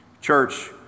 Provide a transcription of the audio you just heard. Church